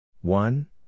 One